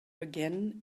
again